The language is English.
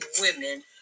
women